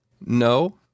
No